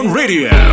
radio